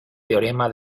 teorema